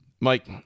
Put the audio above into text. Mike